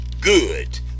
good